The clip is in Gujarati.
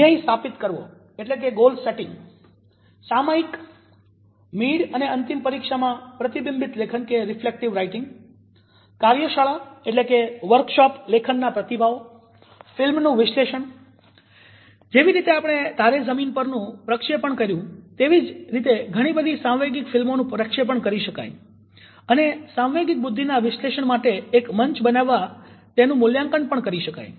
ધ્યેય સ્થાપિત કરવો સામાયિક મીડ અને અંતિમ પરીક્ષામાં પ્રતિબિંબિત લેખન કાર્યશાળા લેખનના પ્રતિભાવો ફિલ્મનું વિશ્લેષણ - જેવી રીતે આપણે 'તારે ઝમીન પર'નું ને પ્રક્ષેપણ કર્યું તેવી જ રીતે ઘણી બધી સાંવેગિક ફિલ્મોનું પ્રક્ષેપણ કરી શકાય અને સાંવેગિક બુદ્ધિના વિશ્લેષણ માટે એક મંચ બનાવવા તેનું મૂલ્યાંકન પણ કરી શકાય